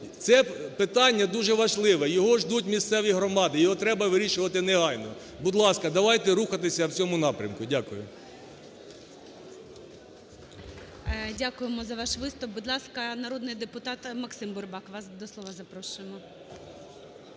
Це питання дуже важливе, його ждуть місцеві громади, його треба вирішувати негайно. Будь ласка, давайте рухатися у цьому напрямку. Дякую. ГОЛОВУЮЧИЙ. Дякуємо за ваш виступ. Будь ласка, народний депутат МаксимБурбак. Вас до слова запрошуємо.